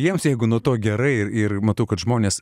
jiems jeigu nuo to gerai ir ir matau kad žmonės